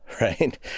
right